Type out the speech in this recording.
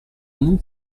non